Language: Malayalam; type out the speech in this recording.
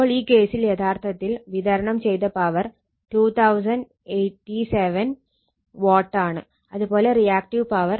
അപ്പോൾ ഈ കേസിൽ യഥാർത്ഥത്തിൽ വിതരണം ചെയ്ത പവർ 2087 watt ആണ് അത് പോലെ റിയാക്ടീവ് പവർ 834